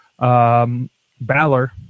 Baller